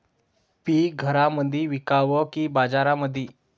पीक घरामंदी विकावं की बाजारामंदी?